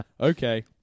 Okay